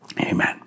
amen